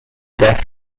death